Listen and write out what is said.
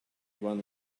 one